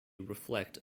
reflect